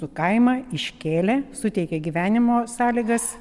kaimą iškėlė suteikė gyvenimo sąlygas